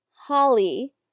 Holly